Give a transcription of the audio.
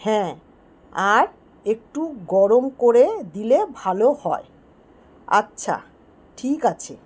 হ্যাঁ আর একটু গরম করে দিলে ভালো হয় আচ্ছা ঠিক আছে